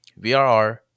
VRR